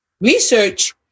research